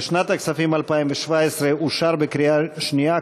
13 לשנת הכספים 2017 אושר בקריאה שנייה,